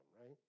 right